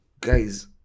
Guys